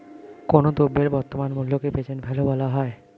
কোনো দ্রব্যের বর্তমান মূল্যকে প্রেজেন্ট ভ্যালু বলা হয়